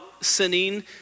sinning